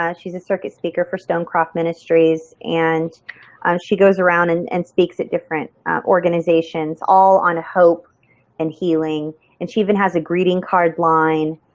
ah she's a circus speaker for stonecrop ministries and um she goes around and and speaks at different organizations, all on a hope and healing and she even has a greeting card line.